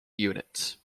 units